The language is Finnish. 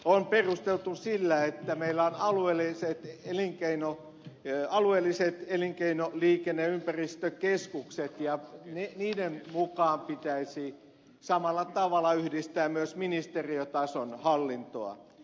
on perusteltu sillä että meillä on alueelliset elinkeino liikenne ja ympäristökeskukset ja niiden mukaan pitäisi samalla tavalla yhdistää myös ministeriötason hallintoa